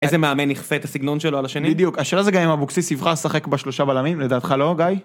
איזה מאמן יכפה את הסגנון שלו על השני? בדיוק, השאלה זה גם אם אבוקסיס יבחר לשחק בשלושה בלמים, לדעתך לא, גיא?